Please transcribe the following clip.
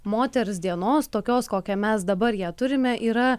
moters dienos tokios kokią mes dabar ją turime yra